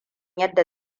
yadda